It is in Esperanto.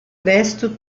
restu